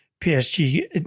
PSG